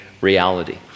reality